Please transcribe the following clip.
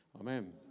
Amen